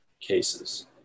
cases